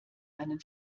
einen